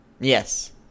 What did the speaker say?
Yes